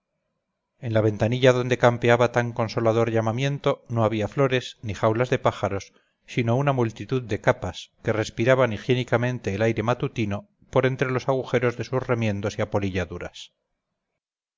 en la ventanilla donde campeaba tan consolador llamamiento no había flores ni jaulas de pájaros sino una multitud de capas que respiraban higiénicamente el aire matutino por entre los agujeros de sus remiendos y apolilladuras